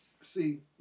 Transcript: See